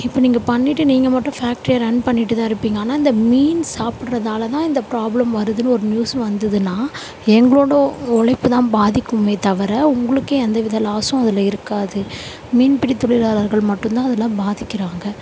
இப்போ நீங்கள் பண்ணிட்டு நீங்கள் மட்டும் ஃபேக்ட்ரியை ரன் பண்ணிகிட்டுத்தான் இருப்பீங்க ஆனால்அந்த மீன் சாப்பிட்றதாலதான் இந்த ப்ராப்ளம் வருதுன்னு ஒரு நியூஸ் வந்துதுன்னால் எங்களோடய உழைப்புதான் பாதிக்குமே தவிர உங்களுக்கு எந்த வித லாஸ்ஸும் இதில் இருக்காது மீன்பிடி தொழிலாளர்கள் மட்டும் தான் அதில் பாதிக்கிறாங்கள்